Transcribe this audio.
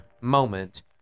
moment